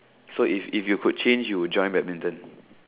so it's if you could change you would join badminton